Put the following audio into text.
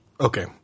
Okay